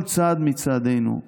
כל צעד מצעדינו,